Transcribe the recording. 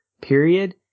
period